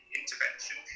intervention